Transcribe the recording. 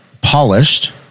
polished